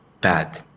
bad